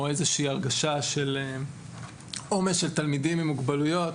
או איזושהי הרגשה של עומס של תלמידים עם מוגבלויות.